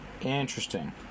Interesting